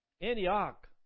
Antioch